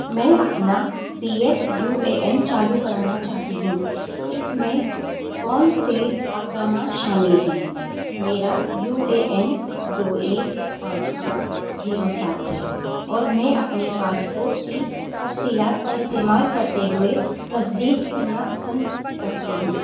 میں اپنا P F U A N چالو کرانا چاہتی ہوں اس میں کون سے اقدامات شامل ہیں میرا یو اے این دو ایک پانچ پانچ زیرو سات ہے اور میں اپنے پاسپورٹ کی تفصیلات کا استعمال کرتے ہوئے تصدیق کرنا پسند کرتی ہوں